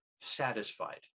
Satisfied